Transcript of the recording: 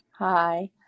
Hi